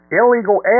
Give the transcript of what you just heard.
illegal